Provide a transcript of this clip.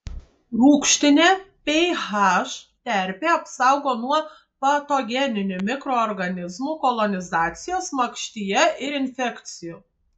rūgštinė ph terpė apsaugo nuo patogeninių mikroorganizmų kolonizacijos makštyje ir infekcijų